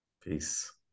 Peace